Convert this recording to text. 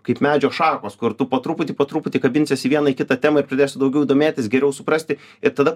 kaip medžio šakos kur tu po truputį po truputį kabinsies į vieną į kitą temą ir pradėsi daugiau domėtis geriau suprasti ir tada